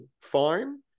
fine